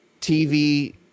TV